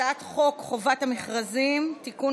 הצעת חוק חובת המכרזים (תיקון,